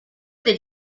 del